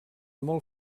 molt